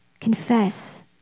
Confess